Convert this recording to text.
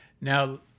Now